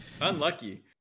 Unlucky